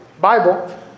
Bible